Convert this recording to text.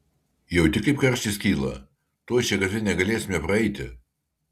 jauti kaip karštis kyla tuoj šia gatve negalėsime praeiti